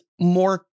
more